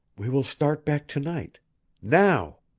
we will start back to-night now.